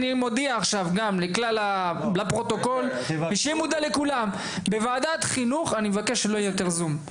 אני מודיע עכשיו לפרוטוקול שבוועדת חינוך אני מבקש שלא יהיה יותר זום.